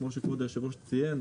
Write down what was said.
וכמו שכבוד היושב-ראש ציין,